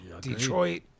Detroit